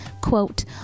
quote